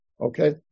okay